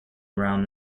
around